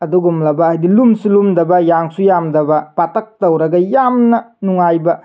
ꯑꯗꯨꯒꯨꯝꯂꯕ ꯍꯥꯏꯗꯤ ꯂꯨꯝꯁꯨ ꯂꯨꯝꯗꯕ ꯌꯥꯡꯁꯨ ꯌꯥꯡꯗꯕ ꯄꯥꯇꯛ ꯇꯧꯔꯒ ꯌꯥꯝꯅ ꯅꯨꯡꯉꯥꯏꯕ